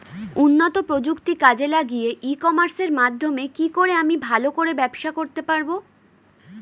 উন্নত প্রযুক্তি কাজে লাগিয়ে ই কমার্সের মাধ্যমে কি করে আমি ভালো করে ব্যবসা করতে পারব?